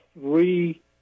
three